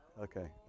Okay